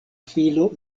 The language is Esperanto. filo